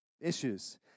issues